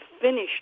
finished